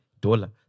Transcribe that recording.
dollar